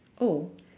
oh